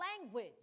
language